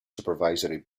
supervisory